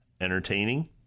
entertaining